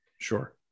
Sure